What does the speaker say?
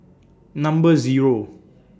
Number Zero